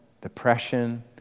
depression